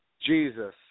Jesus